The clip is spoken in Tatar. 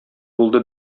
булды